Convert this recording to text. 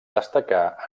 destacar